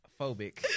phobic